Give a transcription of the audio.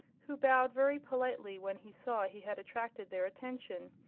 who bowed very politely when he saw he had attracted their attention.